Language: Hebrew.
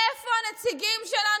איפה הנציגים שלנו?